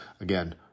Again